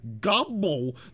GOBBLE